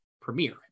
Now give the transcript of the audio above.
premiere